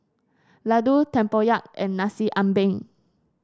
laddu tempoyak and Nasi Ambeng